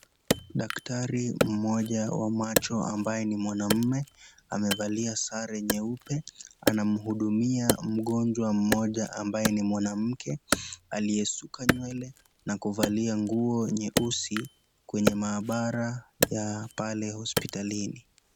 Darkati mmoja wa macho ambaye ni mwanamue, aliyevalia sare nyeupe anamhudumia mgonjwa mmoja ambaye ni mwanamke, aliyesuka nywele na kuvalia nguo nyeusi, kwenye maabara ya pale hospitalini.